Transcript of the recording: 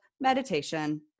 meditation